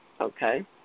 Okay